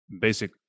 basic